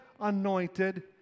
anointed